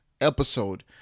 episode